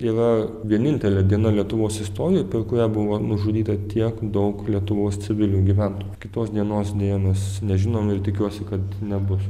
yra vienintelė diena lietuvos istorijoj per kurią buvo nužudyta tiek daug lietuvos civilių gyventojų kitos dienos deja mes nežinom ir tikiuosi kad nebus